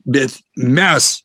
bet mes